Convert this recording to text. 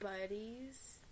buddies